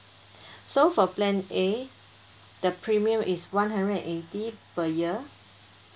so for plan A the premium is one hundred and eighty per year